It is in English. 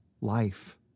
life